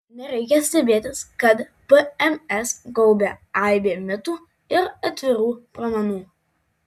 nereikia stebėtis kad pms gaubia aibė mitų ir atvirų pramanų